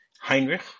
Heinrich